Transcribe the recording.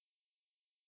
no as in like